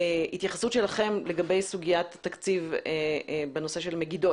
התייחסות שלכם לגבי סוגיית התקציב בנושא של מגידו.